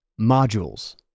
Modules